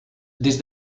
des